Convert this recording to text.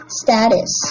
status